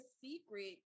secret